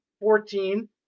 fourteen